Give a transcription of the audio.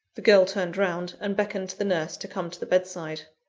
the girl turned round, and beckoned to the nurse to come to the bedside.